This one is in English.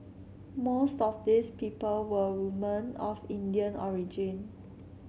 most of these people were woman of Indian origin